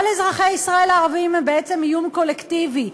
כל אזרחי ישראל הערבים הם בעצם איום קולקטיבי,